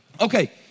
Okay